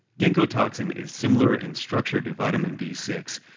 ginkgo toxin is similar in structure to vitamin b six,